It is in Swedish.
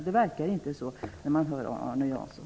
Det verkar inte så när man hör Arne Jansson.